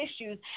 issues